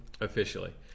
Officially